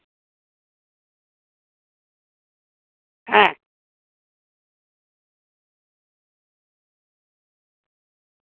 ᱦᱮᱸ